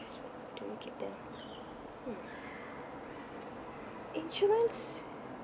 do you keep them hmm insurance